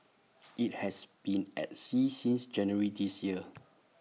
IT has been at sea since January this year